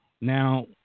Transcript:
Now